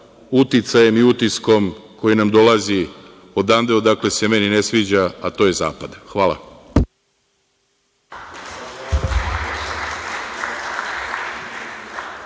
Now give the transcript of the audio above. uticajem i utiskom koji nam dolazi odande odakle se meni ne sviđa, a to je zapad. Hvala.